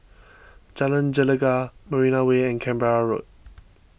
Jalan Gelegar Marina Way and Canberra Road